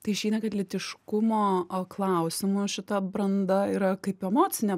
tai išeina kad lytiškumo klausimų šita branda yra kaip emocinė